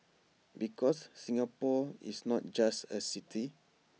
because Singapore is not just A city